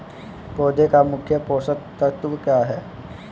पौधे का मुख्य पोषक तत्व क्या हैं?